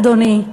אדוני,